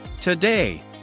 Today